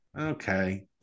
okay